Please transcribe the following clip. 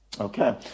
Okay